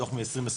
דוח מ-2021,